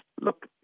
Look